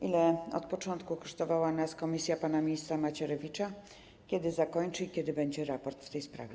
Ile od początku kosztowała nas komisja pana ministra Macierewicza, kiedy zakończy prace i kiedy będzie raport w tej sprawie?